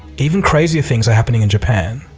even crazier things are happening in japan.